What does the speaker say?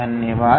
धन्यवाद